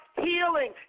healing